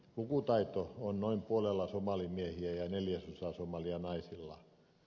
lukutaito on noin puolella somalimiehiä ja neljäsosalla somalinaisia